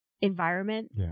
environment